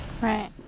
Right